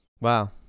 Wow